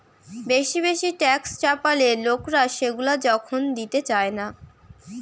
বেশি বেশি ট্যাক্স চাপালে লোকরা সেগুলা যখন দিতে চায়না